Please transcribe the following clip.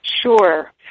Sure